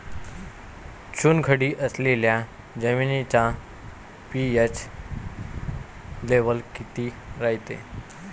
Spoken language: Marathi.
चुनखडी असलेल्या जमिनीचा पी.एच लेव्हल किती रायते?